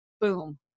boom